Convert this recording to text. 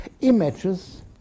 Images